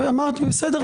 בסדר.